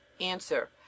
Answer